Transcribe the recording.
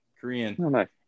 Korean